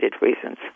reasons